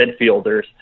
midfielders